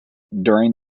during